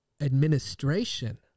administration